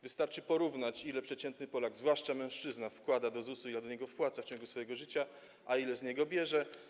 Wystarczy porównać, ile przeciętny Polak, zwłaszcza mężczyzna, wkłada do ZUS, ile do niego wpłaca w ciągu swojego życia, a ile z niego bierze.